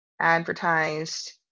advertised